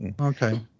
Okay